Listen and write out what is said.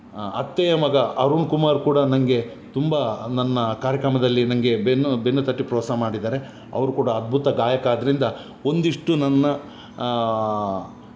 ಅತ್ತೆಯ ಮಗ ಅರುಣ್ ಕುಮಾರ್ ಕೂಡ ನನಗೆ ತುಂಬ ನನ್ನ ಕಾರ್ಯಕ್ರಮದಲ್ಲಿ ನನಗೆ ಬೆನ್ನು ಬೆನ್ನು ತಟ್ಟಿ ಪ್ರೋತ್ಸಾಹ ಮಾಡಿದ್ದಾರೆ ಅವರು ಕೂಡ ಅದ್ಭುತ ಗಾಯಕ ಆದ್ದರಿಂದ ಒಂದಿಷ್ಟು ನನ್ನ